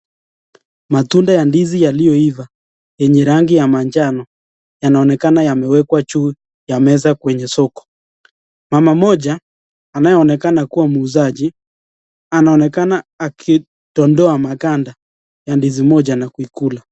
Matunda ya ndizi yaliyoiva yenye rangi ya manjano yanaonekana yamewekwa juu ya meza kwenye soko. Mama moja anaonekana akiwa muuzaji anaonekana akitoa maganda ya ndizi moja na kuikula.